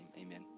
amen